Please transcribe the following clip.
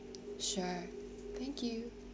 sure thank you